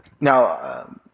Now